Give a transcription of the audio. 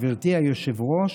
גברתי היושב-ראש,